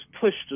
pushed